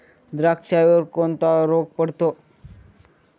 द्राक्षावर कोणता रोग पडतो?